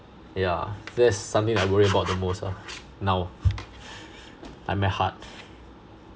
yeah that's something I worry about the most lor now like my heart